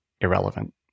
irrelevant